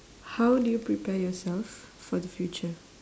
how do you prepare yourself for the future